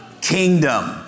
kingdom